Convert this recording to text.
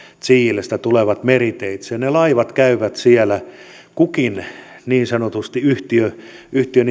chilestä tulevat meriteitse ja ne laivat käyvät siellä kukin niin sanotusti yhtiö yhtiö